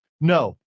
No